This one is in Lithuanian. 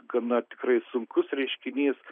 gana tikrai sunkus reiškinys